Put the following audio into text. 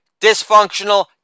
Dysfunctional